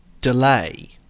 delay